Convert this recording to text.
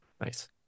Nice